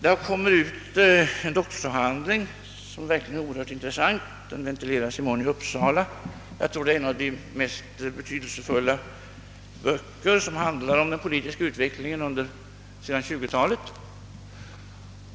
Det har publicerats en doktorsavhandling som verkligen är oerhört intressant och som i morgon ventileras i Uppsala; jag tror ått det är en av de mest betydelsefulla böcker som handlar om den politiska utvecklingen sedan 1920-talet.